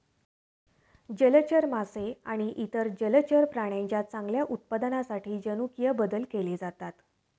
जलचर मासे आणि इतर जलचर प्राण्यांच्या चांगल्या उत्पादनासाठी जनुकीय बदल केले जातात